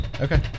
Okay